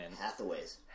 Hathaways